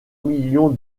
million